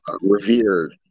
revered